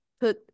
put